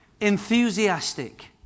Enthusiastic